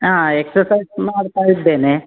ಹಾಂ ಎಕ್ಸರ್ಸೈಜ್ ಮಾಡ್ತಾ ಇದ್ದೇನೆ